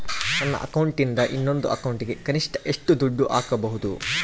ನನ್ನ ಅಕೌಂಟಿಂದ ಇನ್ನೊಂದು ಅಕೌಂಟಿಗೆ ಕನಿಷ್ಟ ಎಷ್ಟು ದುಡ್ಡು ಹಾಕಬಹುದು?